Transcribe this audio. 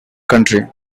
county